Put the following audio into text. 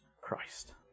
Christ